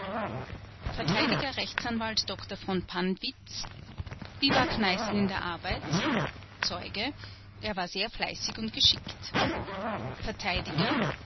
r a dr v pannwitz wie war kneißl in der arbeit zeuge er war sehr fleißig und geschickt